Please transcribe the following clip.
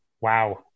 Wow